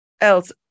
else